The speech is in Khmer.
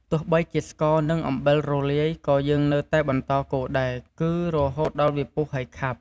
ទោះបីជាស្ករ និងអំបិលរលាយ ក៏យើងនៅតែបន្តកូរដែរ គឺរហូតដល់វាពុះ ហើយខាប់។